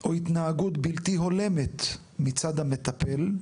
או התנהגות בלתי הולמת מצד המטפל,